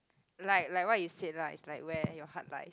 like like what you said like lah it's like where your heart lies